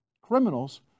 criminals